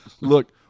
Look